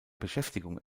beschäftigung